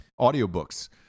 audiobooks